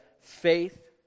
faith